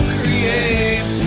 create